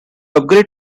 upgrade